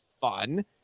fun